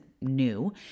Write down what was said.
new